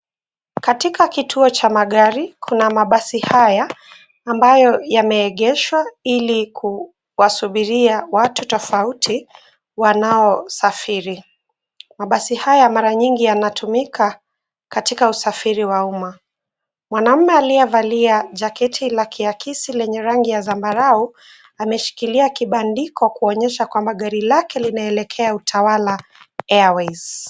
Katika kituo cha magari kuna mabasi haya ambayo yameegeshwa ili kuwasubiria watu tofauti wanaosafiri. Mabasi haya mara nyingi yanatumika katika usafiri wa umma. Mwanamume aliyevalia jaketi la kiakisi lenye rangi ya zambarau ameshikilia kibandiko kuonyesha kwamba gari lake linaelekea Utawala Airways.